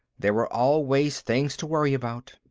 there were always things to worry about.